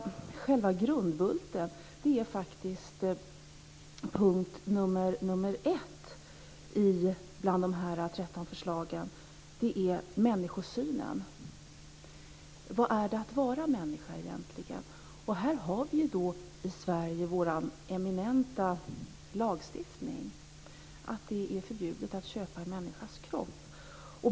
Själva grundbulten är punkt nr 1 bland de 13 punkterna i förslaget, nämligen människosynen. Vad är det att vara människa egentligen? Vi har i Sverige vår eminenta lagstiftning om att det är förbjudet att köpa en människas kropp.